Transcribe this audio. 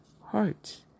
hearts